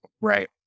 Right